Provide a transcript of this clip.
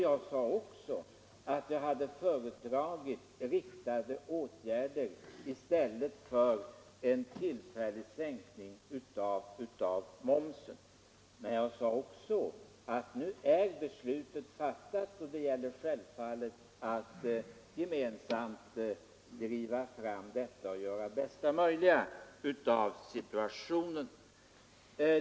Jag har också sagt att jag hade föredragit riktade åtgärder framför en tillfällig sänkning av momsen. Men — det har jag framhållit — när beslutet är fattat gäller det självfallet att gemensamt göra det bästa möjliga av situationen.